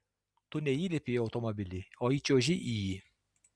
tu neįlipi į automobilį o įčiuoži į jį